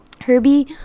herbie